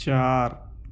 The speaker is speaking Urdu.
چار